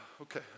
Okay